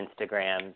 Instagram